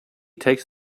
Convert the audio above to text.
takes